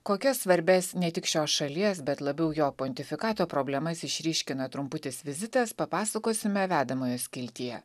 kokias svarbias ne tik šios šalies bet labiau jo pontifikato problemas išryškina trumputis vizitas papasakosime vedamojo skiltyje